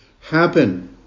happen